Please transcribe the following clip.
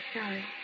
sorry